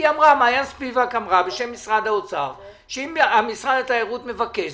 מעין ספיבק אמרה בשם משרד האוצר שאם משרד התיירות מבקש,